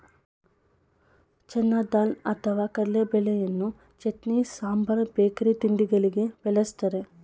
ಚೆನ್ನ ದಾಲ್ ಅಥವಾ ಕಡಲೆಬೇಳೆಯನ್ನು ಚಟ್ನಿ, ಸಾಂಬಾರ್ ಬೇಕರಿ ತಿಂಡಿಗಳಿಗೆ ಬಳ್ಸತ್ತರೆ